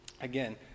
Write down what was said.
Again